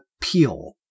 peel